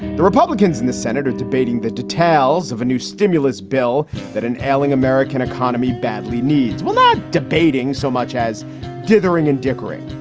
the republicans in the senate are debating the details of a new stimulus bill that an ailing american economy badly needs. well, not debating so much as dithering and dickering,